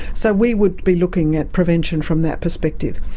so we would be looking at prevention from that perspective.